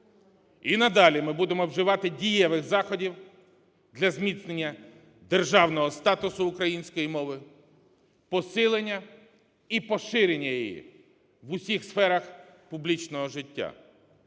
І надалі ми будемо вживати дієвих заходів для зміцнення державного статусу української мови, посилення і поширення її в усіх сферах публічного життя.